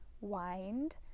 wind